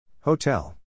Hotel